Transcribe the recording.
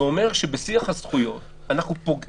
זה אומר שבשיח הזכויות אנחנו ממשיכים לפגוע